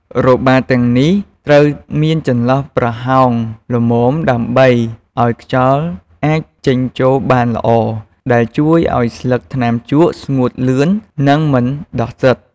របារទាំងនេះត្រូវមានចន្លោះប្រហោងល្មម ដើម្បីអោយខ្យល់អាចចេញចូលបានល្អ ដែលជួយអោយស្លឹកថ្នាំជក់ស្ងួតលឿន និងមិនដុះផ្សិត។